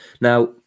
Now